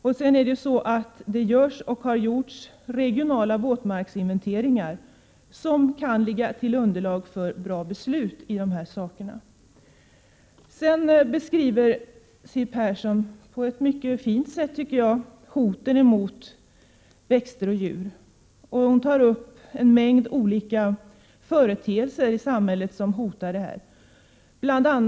Dessutom görs det, och har gjorts, regionala våtmarksinventeringar. Dessa kan utgöra ett bra underlag för beslut i dessa frågor. Siw Persson gjorde vidare en enligt min mening mycket fin beskrivning av hotet mot växter och djur. Hon tog upp en mängd företeelser i samhället som utgör ett hot mot naturen.